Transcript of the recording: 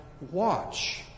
watch